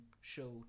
show